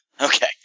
Okay